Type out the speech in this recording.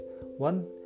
One